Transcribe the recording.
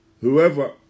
Whoever